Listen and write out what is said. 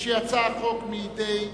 משיצא החוק מידי המחוקק,